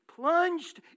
Plunged